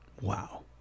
Wow